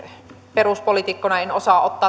peruspoliitikkona en osaa ottaa